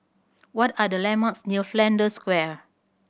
what are the landmarks near Flanders Square